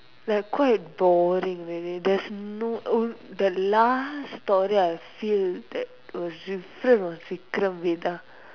like quite boring really there's no um the last story I feel that was different was Vikram Vedha